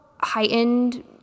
heightened